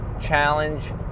challenge